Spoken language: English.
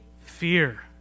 Fear